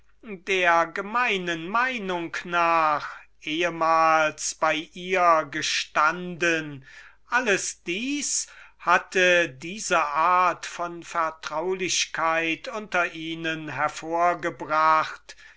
der gemeinen meinung nach eine zeit lang bei ihr genossen alles dieses hatte diese art von vertraulichkeit unter ihnen hervorgebracht